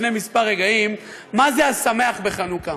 שזה הכול אנטישמיות,